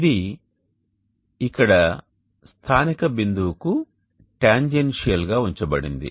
ఇది ఇక్కడ స్థానిక బిందువుకు టాంజెంట్షియల్ గా ఉంచబడింది